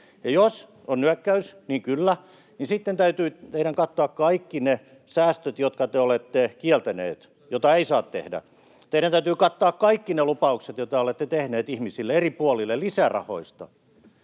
jos on nyökkäys, ”kyllä”, niin sitten teidän täytyy kattaa kaikki ne säästöt, jotka te olette kieltäneet ja joita ei saa tehdä. Teidän täytyy kattaa lisärahoista kaikki ne lupaukset, joita olette tehneet ihmisille eri puolille, ja sitten